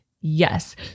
Yes